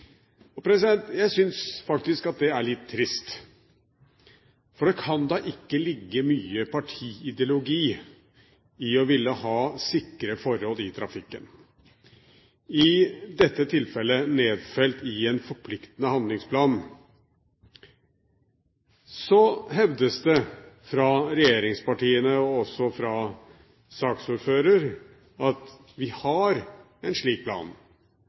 Jeg syns faktisk at det er litt trist. For det kan da ikke ligge mye partiideologi i å ville ha sikre forhold i trafikken, i dette tilfellet nedfelt i en forpliktende handlingsplan. Så hevdes det fra regjeringspartiene, og også fra saksordføreren, at vi har en slik plan.